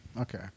Okay